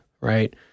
right